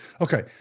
Okay